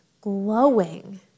glowing